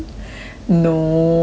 no